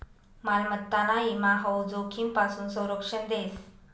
मालमत्ताना ईमा हाऊ जोखीमपासून संरक्षण देस